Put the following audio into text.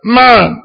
man